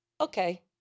Okay